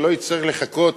ולא יצטרך לחכות